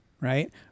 Right